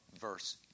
verse